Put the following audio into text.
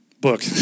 book